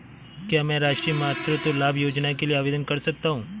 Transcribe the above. क्या मैं राष्ट्रीय मातृत्व लाभ योजना के लिए आवेदन कर सकता हूँ?